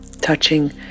touching